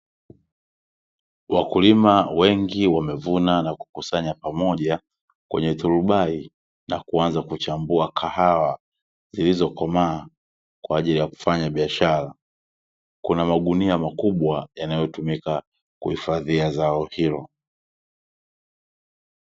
Wakulima wengi wamevuna na kukusanya pamoja, kwenye turubai na kuanza kuchambua kahawa, zilizokomaa kwa ajili ya kufanya biashara. Kuna magunia makubwa, yanayotumika kuhifadhia zao hilo.